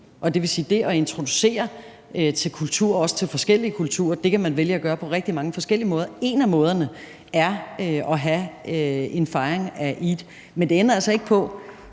det at introducere børnene til kultur, også til forskellige kulturer, kan man vælge at gøre på rigtig mange forskellige måder, og en af måderne er at have en fejring af eid. Men det ændrer altså ikke på,